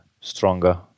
stronger